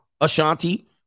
Ashanti